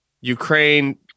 Ukraine